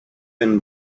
been